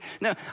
No